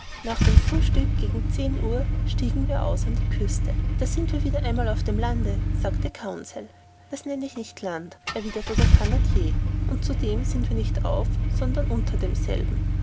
nach dem frühstück gegen zehn uhr stiegen wir aus an die küste da sind wir einmal wieder auf dem lande sagte conseil das nenn ich nicht land erwiderte der canadier und zudem sind wir nicht auf sondern unter demselben